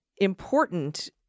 important